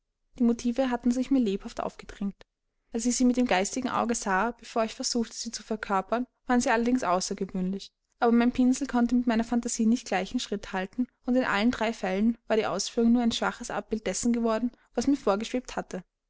die motive hatten sich mir lebhaft aufgedrängt als ich sie mit dem geistigen auge sah bevor ich versuchte sie zu verkörpern waren sie allerdings außergewöhnlich aber mein pinsel konnte mit meiner fantasie nicht gleichen schritt halten und in allen drei fällen war die ausführung nur ein schwaches abbild dessen geworden was mir vorgeschwebt hatte